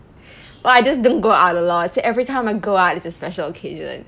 well I just don't go out a lot so every time I go out it's a special occasion